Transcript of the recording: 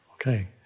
Okay